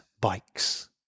bikes